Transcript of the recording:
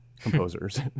composers